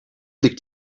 liegt